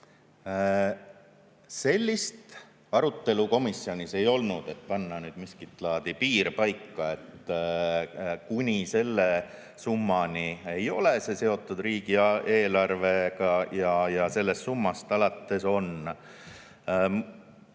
Sellist arutelu komisjonis ei olnud, et panna paika miskit laadi piir, et kuni selle summani ei ole [eelnõu] seotud riigieelarvega ja sellest summast alates on.